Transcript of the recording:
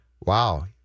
wow